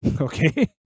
okay